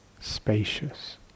spacious